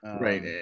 right